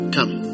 Come